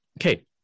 Okay